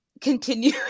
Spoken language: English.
continue